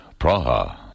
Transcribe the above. Praha